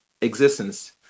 existence